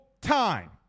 time